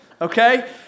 Okay